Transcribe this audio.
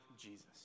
Jesus